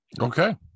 Okay